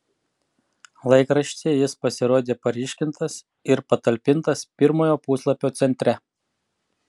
laikraštyje jis pasirodė paryškintas ir patalpintas pirmojo puslapio centre